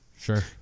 Sure